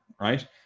right